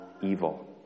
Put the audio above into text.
evil